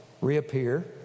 reappear